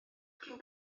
cyn